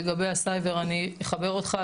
לגבי הסייבר אני אחבר אותך,